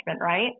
right